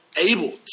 able